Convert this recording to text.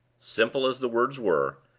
simple as the words were,